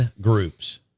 groups